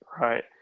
Right